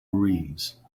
marines